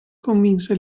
convinse